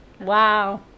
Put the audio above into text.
Wow